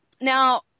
Now